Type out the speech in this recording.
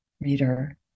reader